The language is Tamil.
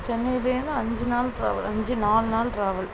சென்னையிலருந்து அஞ்சு நாள் ட்ராவல் அஞ்சு நால் நாள் ட்ராவல்